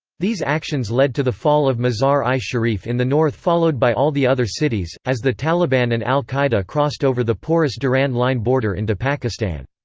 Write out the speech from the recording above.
these actions led to the fall of mazar-i-sharif in the north followed by all the other cities, as the taliban and al-qaeda crossed over the porous durand line border into pakistan.